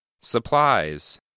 Supplies